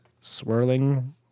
swirling